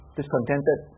discontented